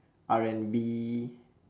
R and B